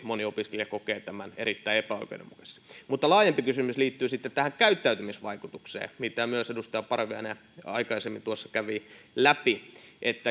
moni opiskelija kokee tämän ihan ymmärrettävästi erittäin epäoikeudenmukaiseksi mutta laajempi kysymys liittyy tähän käyttäytymisvaikutukseen mitä myös edustaja parviainen jo aikaisemmin kävi läpi